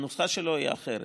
הנוסחה שלו היא אחרת.